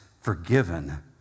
forgiven